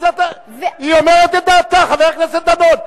היא אומרת את דעתה, חבר הכנסת דנון.